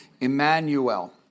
Emmanuel